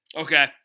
Okay